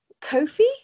Kofi